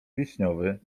wiśniowy